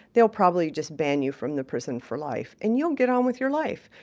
they'll probably just ban you from the prison for life, and you'll get on with your life.